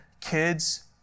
Kids